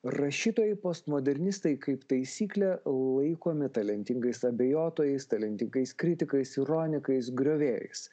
rašytojai postmodernistai kaip taisyklė laikomi talentingais abejotojais talentingais kritikais ironikais griovėjais